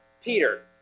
Peter